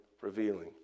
revealing